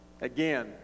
again